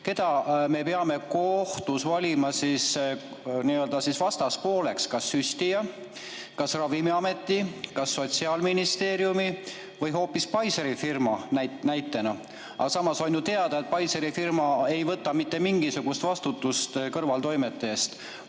keda me peame kohtus valima n‑ö vastaspooleks: kas süstija, Ravimiameti, Sotsiaalministeeriumi või hoopis näiteks Pfizeri firma? Samas on ju teada, et Pfizeri firma ei võta mitte mingisugust vastutust kõrvaltoimete eest.